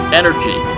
energy